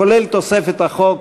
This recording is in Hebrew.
כולל התוספת לחוק.